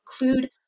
include